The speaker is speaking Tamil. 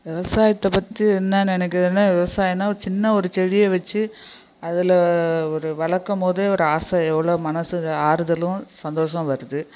விவசாயத்தை பற்றி என்ன நினைக்குறேன்னா விவசாயம்னா ஒரு சின்ன ஒரு செடியை வச்சு அதில் ஒரு வளர்க்கமோதே ஒரு ஆசை எவ்வளோ மனசுக்கு ஆறுதலும் சந்தோசமும் வருது